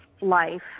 life